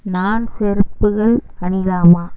நான் செருப்புகள் அணியலாமா